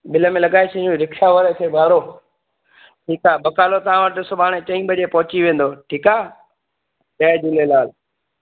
bill में लॻाइ छॾियूं रिक्शा वारे खे भाड़ो ठीकु आहे बकालो तव्हां वटि सुभाणे चईं बजे पहुची वेंदो ठीकु आहे जय झूलेलाल